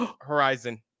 Horizon